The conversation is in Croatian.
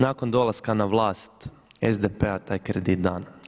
Nakon dolaska na vlast SDP-a taj kredit dan.